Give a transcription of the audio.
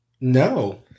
No